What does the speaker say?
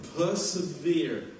persevere